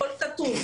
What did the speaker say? הכל כתוב,